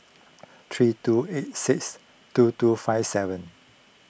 three two eight six two two five seven